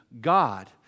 God